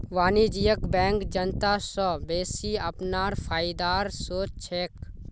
वाणिज्यिक बैंक जनता स बेसि अपनार फायदार सोच छेक